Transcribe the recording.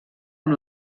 amb